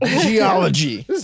Geology